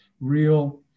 real